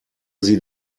sie